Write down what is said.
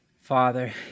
Father